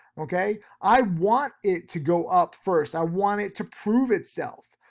okay, i want it to go up first, i want it to prove itself.